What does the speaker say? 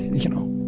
you know.